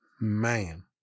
Man